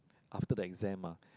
after the exam ah